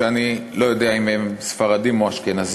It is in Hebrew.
שאני לא יודע אם הם ספרדים או אשכנזים,